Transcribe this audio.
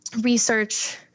research